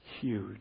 huge